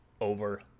over